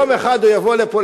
יום אחד הוא יבוא לפה,